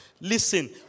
Listen